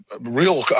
real